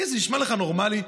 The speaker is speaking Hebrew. זה נשמע לכם נורמלי?